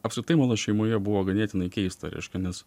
apskritai mano šeimoje buvo ganėtinai keista reiškia nes